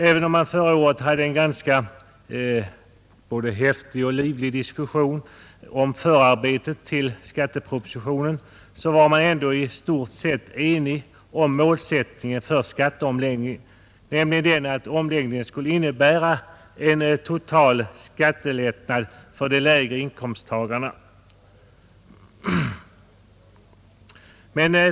Även om det förra året fördes en både häftig och livlig diskussion om förarbetet till skattepropositionen, var vi ändå i stort sett ense om målsättningen för skatteomläggningen, nämligen att den skulle innebära en total skattelättnad för de lägre inkomsttagarna.